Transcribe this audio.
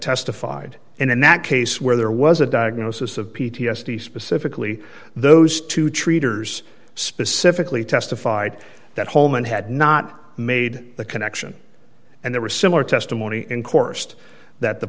testified and in that case where there was a diagnosis of p t s d specifically those two treaters specifically testified that holeman had not made the connection and there were similar testimony and coursed that the